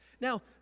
Now